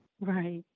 Right